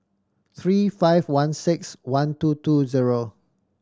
three five one six one two two zero